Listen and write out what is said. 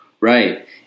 Right